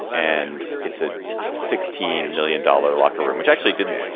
and it's a sixteen million dollar locker room, which actually didn't.